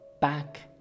back